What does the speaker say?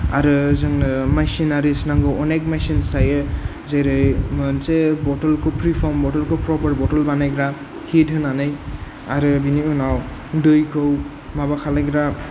आरो जोंनो मेसिनारिस नांगौ अनेख मेसिन्स थायो जेरै मोनसे बथलखौ फ्रि फर्म बथल खौ प्रपार बथल बानायग्रा हिट होनानै आरो बिनि उनाव दैखौ माबा खालायग्रा